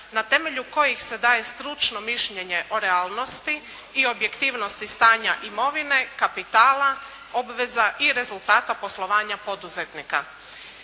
na temelju kojih se daje stručno mišljenje o realnosti i objektivnosti stanja imovine, kapitala, obveza i rezultata poslovanja poduzetnika.